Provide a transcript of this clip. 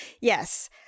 Yes